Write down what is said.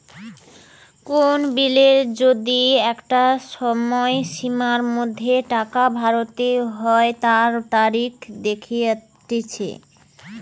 কোন বিলের যদি একটা সময়সীমার মধ্যে টাকা ভরতে হই তার তারিখ দেখাটিচ্ছে